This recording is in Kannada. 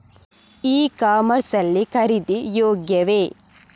ಇ ಕಾಮರ್ಸ್ ಲ್ಲಿ ಖರೀದಿ ಯೋಗ್ಯವೇ?